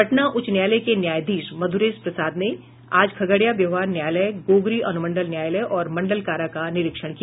पटना उच्च न्यायालय के न्यायाधीश मध्रेश प्रसाद ने आज खगड़िया व्यवहार न्यायालय गोगरी अनुमंडल न्यायालय और मंडल कारा का निरीक्षण किया